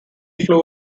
flew